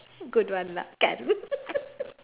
good one lah can